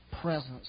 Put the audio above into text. presence